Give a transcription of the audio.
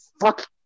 Fuck